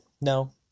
no